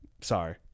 sorry